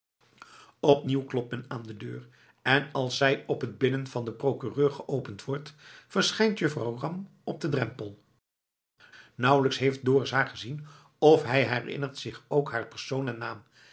opnieuw klopt men aan de deur en als zij op het binnen van den procureur geopend wordt verschijnt juffrouw ram op den drempel nauwelijks heeft dorus haar gezien of hij herinnert zich ook haar persoon en naam